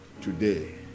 today